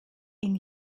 ihn